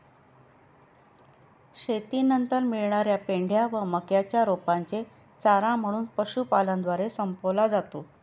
शेतीनंतर मिळणार्या पेंढ्या व मक्याच्या रोपांचे चारा म्हणून पशुपालनद्वारे संपवला जातो